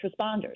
responders